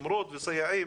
מורות וסייעים.